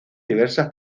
diversas